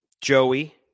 joey